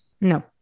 No